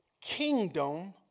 kingdom